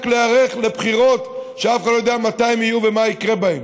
להיערך לבחירות שאף אחד לא יודע מתי הן יהיו ומה יקרה בהן,